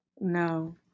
No